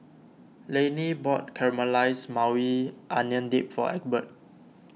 Laney bought Caramelized Maui Onion Dip for Egbert